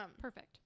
perfect